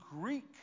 Greek